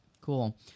Cool